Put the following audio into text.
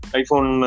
iPhone